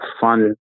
fun